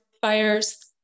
fires